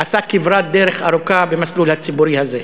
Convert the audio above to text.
הוא עשה כברת דרך ארוכה במסלול הציבורי הזה.